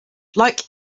like